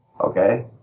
Okay